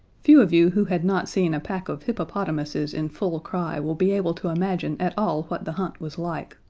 few of you who had not seen a pack of hippopotamuses in full cry will be able to imagine at all what the hunt was like.